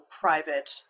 private